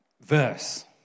verse